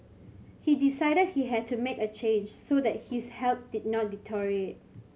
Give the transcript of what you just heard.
he decided he had to make a change so that his health did not deteriorate